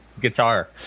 guitar